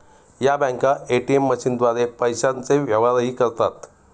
या बँका ए.टी.एम मशीनद्वारे पैशांचे व्यवहारही करतात